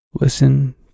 listen